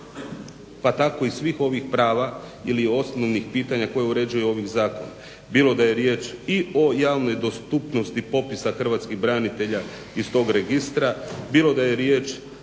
pa tako i svih ovih prava ili osnovnih pitanja koja ih uređuju ovim zakonom, bilo da je riječ i o javnoj dostupnosti popisa hrvatskih branitelja iz tog Registra,